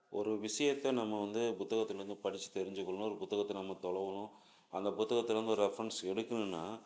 ஒரு விஷயத்த நம்ம வந்து புத்தகத்துலேருந்து படித்து தெரிஞ்சுக்கணும் ஒரு புத்தகத்தை நம்ம தொழவுணும் அந்த புத்தகத்துலேருந்து ஒரு ரெஃபரன்ஸ் எடுக்கணும்னா